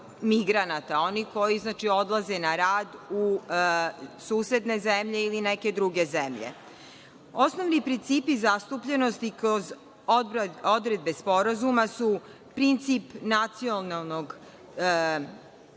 onih koji odlaze na rad u susedne zemlje ili neke druge zemlje. Osnovni principi zastupljenosti kroz odredbe sporazuma su princip nacionalnog tretmana,